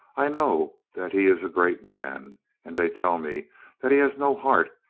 i know that he is a great man and they tell me that he has no heart,